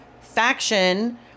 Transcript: faction